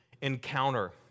encounter